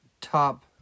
top